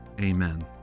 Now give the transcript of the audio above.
amen